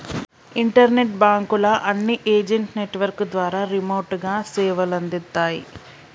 internet బాంకుల అన్ని agent network ద్వారా రిమోట్ గా సేవలందిత్తాయి